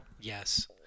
Yes